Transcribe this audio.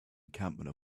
encampment